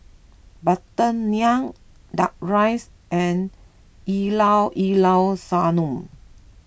Butter Naan Duck Rice and Llao Llao Sanum